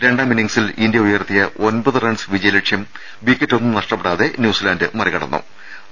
രണ്ടാം ഇന്നിംഗ്സിൽ ഇന്ത്യ ഉയർത്തിയ ഒൻപത് റൺസ് വിജയലക്ഷ്യം വിക്കറ്റൊന്നും നഷ്ടപ്പെടാതെ ന്യൂസിലാൻഡ് മറികടക്കുകയായിരുന്നു